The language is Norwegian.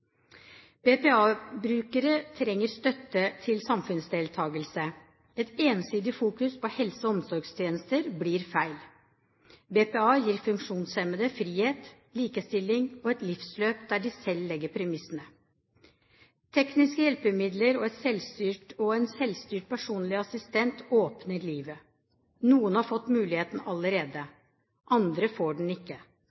BPA-brukere trenger støtte til samfunnsdeltagelse. Et ensidig fokus på helse- og omsorgstjenester blir feil. BPA gir funksjonshemmede frihet, likestilling og et livsløp der de selv legger premissene. Tekniske hjelpemidler og en selvstyrt personlig assistent åpner livet. Noen har fått muligheten allerede,